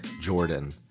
Jordan